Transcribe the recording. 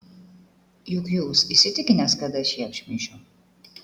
juk jūs įsitikinęs kad aš jį apšmeižiau